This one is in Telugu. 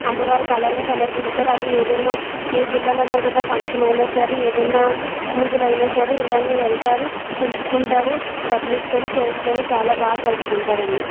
అమ్మవారుకు అలాగే సమర్పిస్తారు అది ఏదన్నా ఏ జిల్లాలో ఏదన్న ఫంక్షన్ అయిన సరే ఏదన్నా పూజలు అయిన సరే ఇలాగే వెళ్తారు పిలుచుకుంటారు డబ్బులు ఇస్తారు చేస్తారు చాలా బాగా జరుపుకుంటారు అన్నీ